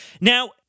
Now